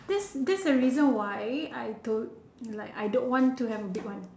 that's that's the reason why I don't like I don't want to have a big one